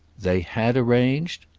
they had arranged?